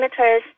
parameters